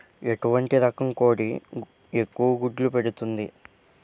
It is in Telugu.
ఎటువంటి రకం కోడి ఎక్కువ గుడ్లు పెడుతోంది?